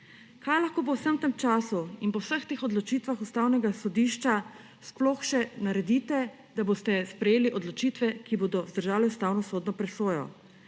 Kaj lahko po vsem tem času in po vseh teh odločitvah Ustavnega sodišča sploh še naredite, da boste sprejeli odločitve, ki bodo vzdržale ustavnosodno presojo?